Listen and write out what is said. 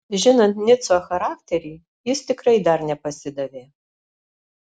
žinant nico charakterį jis tikrai dar nepasidavė